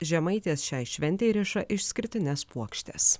žemaitės šiai šventei riša išskirtines puokštes